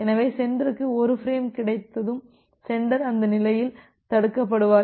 எனவே சென்டருக்கு 1 பிரேம் கிடைத்ததும் சென்டர் அந்த நிலையில் தடுக்கப்படுவார்